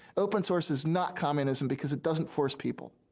open source is not communism because it does'nt force people.